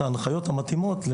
את ההנחיות המתאימות,